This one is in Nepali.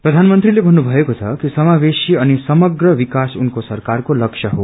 प्रधानमन्त्रीले भन्नुभएको छ कि समावेशी अनि समग्र विकास उनको सरकारको लक्ष्य हो